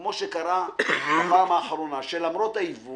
כמו שקרה בפעם האחרונה שלמרות הייבוא